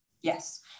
Yes